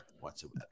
whatsoever